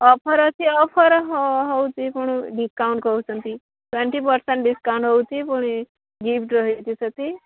offer ଅଛି offer ହେଉଛି ପୁଣି ଡିସ୍କାଉଣ୍ଟ୍ କହୁଛନ୍ତି ଟ୍ୱେଣ୍ଟି ପର୍ସେଣ୍ଟ ଡିସ୍କାଉଣ୍ଟ ହେଉଛି ପୁଣି ଗିଫ୍ଟ ରହିଛି ସେଠି